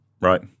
right